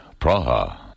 Praha